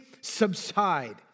subside